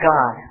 God